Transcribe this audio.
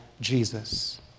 Jesus